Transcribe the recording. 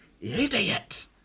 idiot